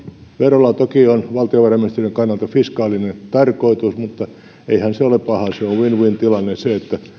verolla toki on valtiovarainministeriön kannalta fiskaalinen tarkoitus mutta eihän se ole paha sehän on win win tilanne että